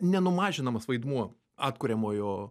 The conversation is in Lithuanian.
nenumažinamas vaidmuo atkuriamojo